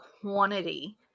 quantity